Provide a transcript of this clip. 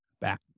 back